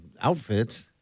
outfits